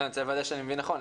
אני רוצה לוודא שאני מבין נכון.